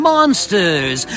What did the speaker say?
Monsters